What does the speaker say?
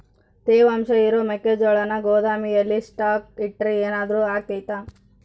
ತೇವಾಂಶ ಇರೋ ಮೆಕ್ಕೆಜೋಳನ ಗೋದಾಮಿನಲ್ಲಿ ಸ್ಟಾಕ್ ಇಟ್ರೆ ಏನಾದರೂ ಅಗ್ತೈತ?